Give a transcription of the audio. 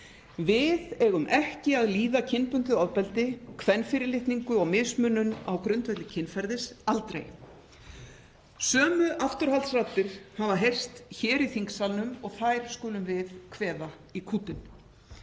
Við eigum ekki að líða kynbundið ofbeldi, kvenfyrirlitningu og mismunun á grundvelli kynferðis — aldrei. Sömu afturhaldsraddir hafa heyrst hér í þingsalnum og þær skulum við kveða í kútinn.